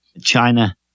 China